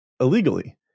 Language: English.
illegally